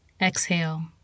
Exhale